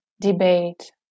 debate